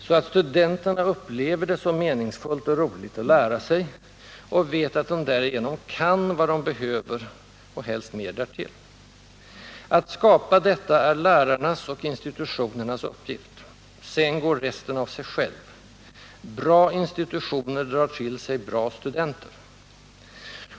— så att studenterna upplever det som meningsfullt och roligt att lära sig och vet att de därigenom kan vad de behöver . Att skapa detta är lärarnas och institutionernas uppgift. Sedan går resten av sig själv. Bra institutioner drar till sig bra studenter.